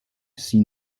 see